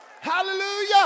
hallelujah